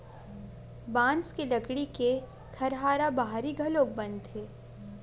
बांस के लकड़ी के खरहारा बाहरी घलोक बनथे